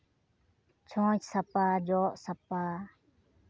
ᱪᱷᱚᱸᱪ ᱥᱟᱯᱷᱟ ᱡᱚᱜ ᱥᱟᱯᱷᱟ